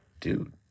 dude